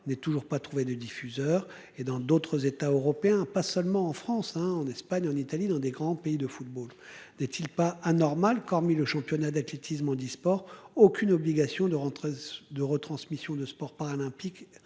n'est toujours pas trouvé de diffuseur et dans d'autres États européens, pas seulement en France, un en Espagne, en Italie, dans des grands pays de football des-t-il pas anormal qu'hormis le championnat d'athlétisme handisport aucune obligation de rentrer de retransmission de sports paralympiques